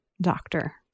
doctor